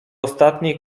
ostatniej